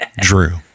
drew